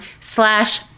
slash